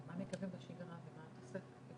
למה הוא מתכוון בשגרה ומה התוספת?